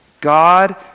God